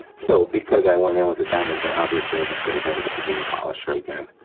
so, because i went in with a diamond bit obviously i just gotta hit it with the green polisher again.